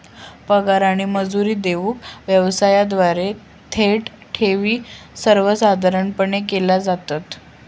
पगार आणि मजुरी देऊक व्यवसायांद्वारा थेट ठेवी सर्वसाधारणपणे केल्या जातत